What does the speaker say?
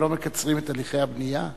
אבל לא מקצרים את הליכי הבנייה.